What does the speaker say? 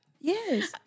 Yes